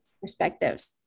perspectives